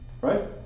Right